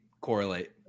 correlate